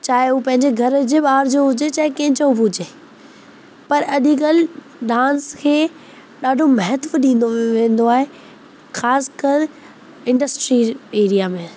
चाहे हूं पंहिंजे घर जे ॿाहिरि जो हुजे चाहे कंहिंजो बि हुजे पर अॼुकल्ह डांस खे ॾाढो महत्व ॾींदो वेंदो आहे ख़ासि कर इंडस्ट्री एरिया में